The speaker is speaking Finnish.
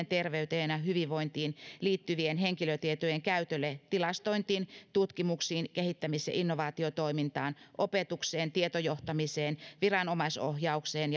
terveyteen ja hyvinvointiin liittyvien henkilötietojen käytölle tilastointiin tutkimuksiin kehittämis ja innovaatiotoimintaan opetukseen tietojohtamiseen viranomaisohjaukseen